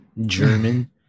German